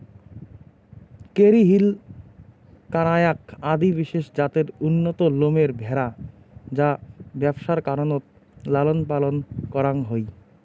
Kerry Hill, কানায়াক আদি বিশেষ জাতের উন্নত লোমের ভ্যাড়া যা ব্যবসার কারণত লালনপালন করাং হই